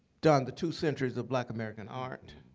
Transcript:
done the two centuries of black american art